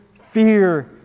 fear